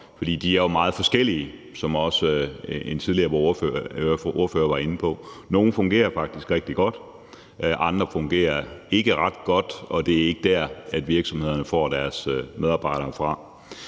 for de er jo meget forskellige, som også en tidligere ordfører var inde på. Nogle fungerer faktisk rigtig godt, andre fungerer ikke ret godt, og det er ikke der, virksomhederne får deres medarbejdere fra.